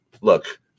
look